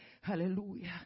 Hallelujah